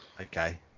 Okay